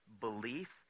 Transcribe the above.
belief